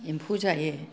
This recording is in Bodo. एम्फौ जायो